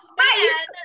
man